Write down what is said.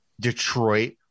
Detroit